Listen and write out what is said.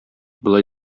болай